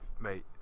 mate